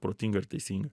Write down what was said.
protinga ir teisinga